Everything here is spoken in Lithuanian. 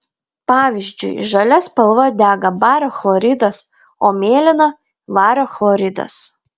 pavyzdžiui žalia spalva dega bario chloridas o mėlyna vario chloridas